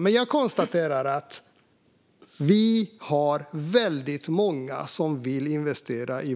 Men jag konstaterar att vi har väldigt många som vill investera i